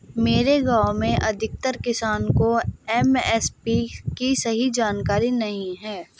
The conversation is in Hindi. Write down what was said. मेरे गांव में अधिकतर किसान को एम.एस.पी की सही जानकारी नहीं है